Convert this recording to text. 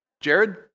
Jared